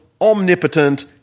omnipotent